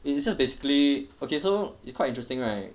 it's just basically okay so it's quite interesting right